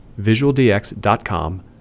visualdx.com